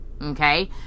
Okay